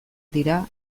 dira